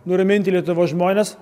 nuraminti lietuvos žmones